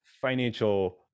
financial